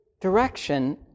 direction